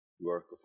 work